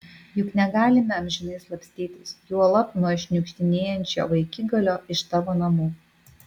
juk negalime amžinai slapstytis juolab nuo šniukštinėjančio vaikigalio iš tavo namų